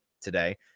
today